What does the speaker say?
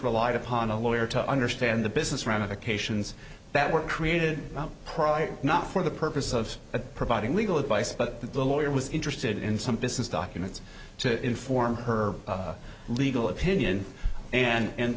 relied upon a lawyer to understand the business ramifications that were created probably not for the purpose of providing legal advice but that the lawyer was interested in some business documents to inform her legal opinion and